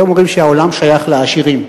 היום אומרים שהעולם שייך לעשירים.